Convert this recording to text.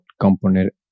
component